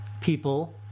people